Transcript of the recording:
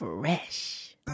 Fresh